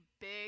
big